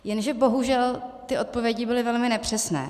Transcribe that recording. Jenže bohužel ty odpovědi byly velmi nepřesné.